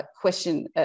question